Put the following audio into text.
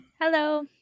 Hello